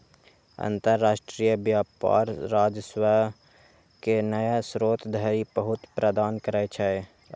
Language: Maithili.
अंतरराष्ट्रीय व्यापार राजस्व के नया स्रोत धरि पहुंच प्रदान करै छै